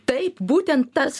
taip būtent tas